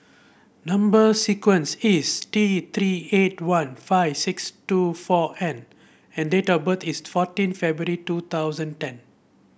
number sequence is T Three eight one five six two four N and date of birth is fourteen February two thousand ten